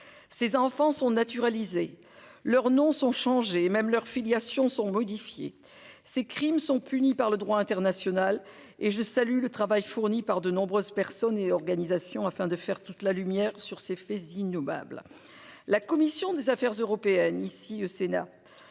Ces enfants sont naturalisés, leurs noms sont changés même leur filiation sont modifiés. Ces crimes sont punies par le droit international et je salue le travail fourni par de nombreuses personnes et organisations afin de faire toute la lumière sur ces faits innommables. La commission des Affaires européennes ici au Sénat.